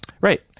Right